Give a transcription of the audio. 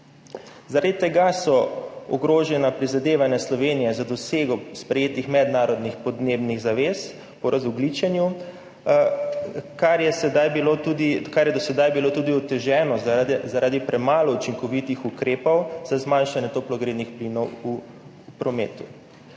Zaradi tega so ogrožena prizadevanja Slovenije za dosego sprejetih mednarodnih podnebnih zavez po razogljičenju, kar je do sedaj bilo oteženo tudi zaradi premalo učinkovitih ukrepov za zmanjšanje toplogrednih plinov v prometu.